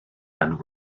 and